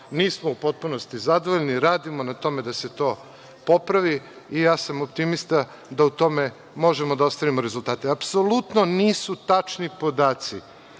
Nismo u potpunosti zadovoljni, radimo na tome da se to popravi, i ja sam optimista da u tome možemo da ostvarimo rezultate. Apsolutno nisu tačni podaci